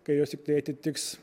kai jos tikrai atitiks